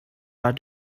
are